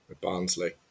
Barnsley